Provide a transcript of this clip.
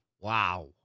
Wow